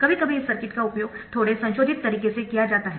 कभी कभी इस सर्किट का उपयोग थोड़े संशोधित तरीके से किया जाता है